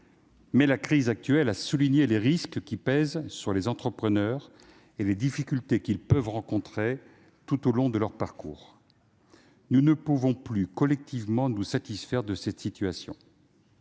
mais la crise actuelle a souligné les risques qui pèsent sur les entrepreneurs et les difficultés que ceux-ci peuvent rencontrer tout au long de leur parcours. Nous ne pouvons plus nous satisfaire collectivement de cette situation.